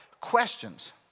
questions